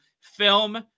film